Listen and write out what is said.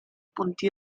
punti